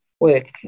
work